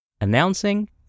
Announcing